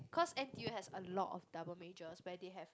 cause n_t_u has a lot of double majors where they have